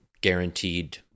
guaranteed